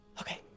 Okay